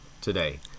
today